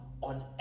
on